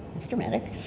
that's dramatic,